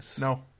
no